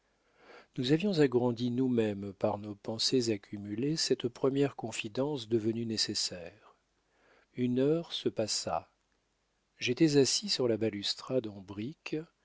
nous avions agrandi nous-mêmes par nos pensées accumulées cette première confidence devenue nécessaire une heure se passa j'étais assis sur la balustrade en briques